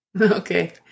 Okay